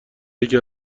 یکی